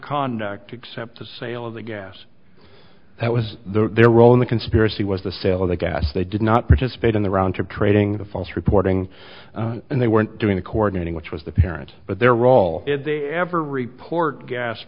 conduct except the sale of the gas that was their role in the conspiracy was the sale of the gas they did not participate in the round trip trading the false reporting and they weren't doing the coordinating which was the parent but their role did they ever report gas